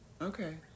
Okay